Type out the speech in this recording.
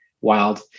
wild